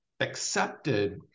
accepted